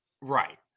Right